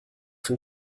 von